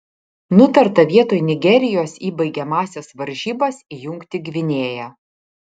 nutarta vietoj nigerijos į baigiamąsias varžybas įjungti gvinėją